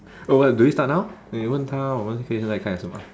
oh well do we start now 你问她我们可以现在开始吗